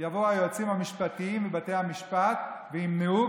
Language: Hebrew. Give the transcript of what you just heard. יבואו היועצים המשפטיים ובתי המשפט וימנעו,